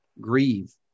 grieve